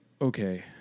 okay